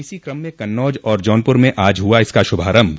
इसी कम में कन्नौज और जौनपुर में आज हुआ इसका शुभारम्भ